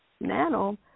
nano